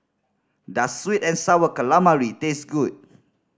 does sweet and Sour Calamari taste good